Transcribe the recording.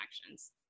connections